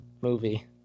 movie